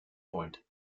point